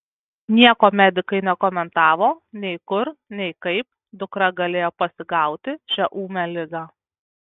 nieko medikai nekomentavo nei kur nei kaip dukra galėjo pasigauti šią ūmią ligą